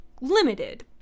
limited